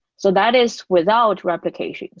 so that is without replication.